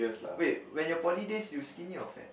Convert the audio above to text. wait when your poly days you skinny or fat